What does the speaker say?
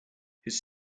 his